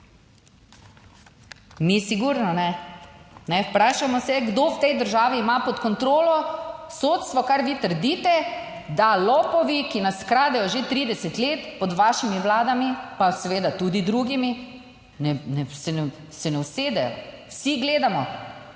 Mi sigurno ne, kajne. Vprašajmo se, kdo v tej državi ima pod kontrolo sodstvo, kar vi trdite, da lopovi, ki nas kradejo že 30 let pod vašimi vladami, pa seveda tudi drugimi, se ne usedejo, vsi gledamo,